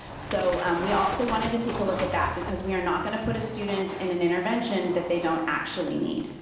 so we also wanted to take a look at that, because we are not gonna put a student in an intervention that they don't actually need.